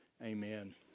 Amen